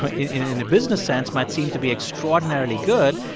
um in a business sense, might seem to be extraordinarily good.